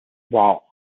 while